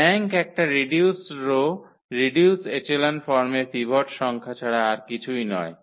rank একটা reduced row reduced echelon ফর্মের pivot সংখ্যা ছাড়া আর কিছুই নয়